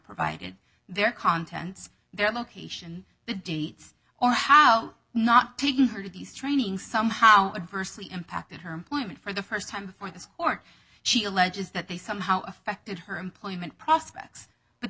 provided their contents their location the dates or how not taking her to these training somehow adversely impacted her employment for the st time for the support she alleges that they somehow affected her employment prospects but